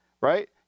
right